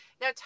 Now